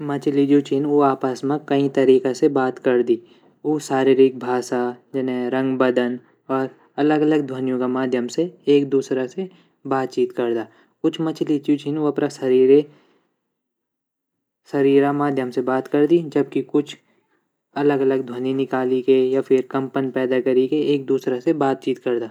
मछली जू छीन उ आपस म कई तरीक़ा से बात करदी उ शारीरिक भाषा जने रंग बदन और अलग अलग ध्वनियों क माध्यम से एक दूसरा से बातचीत करदा कुछ मछली जू छीन ऊ अपरा शरीरे शरीरा माध्यम से बात करदी जबकि कुछ अलग अलग ध्वनि निकाली के या फिर कंपन पेदा करीके एक दूसरा से बातचीत करदा।